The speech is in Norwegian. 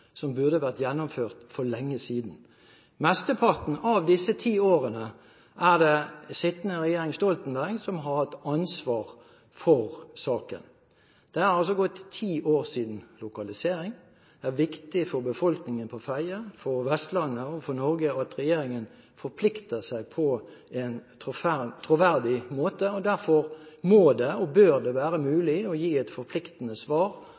som burde vært gjennomført for lenge siden. Mesteparten av disse ti årene er det sittende regjering Stoltenberg som har hatt ansvar for saken. Det er altså gått ti år siden lokalisering. Det er viktig for befolkningen på Fedje, for Vestlandet og for Norge at regjeringen forplikter seg på en troverdig måte, og derfor må det og bør det være mulig å gi et forpliktende svar